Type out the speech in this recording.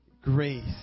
Grace